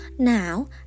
Now